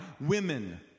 women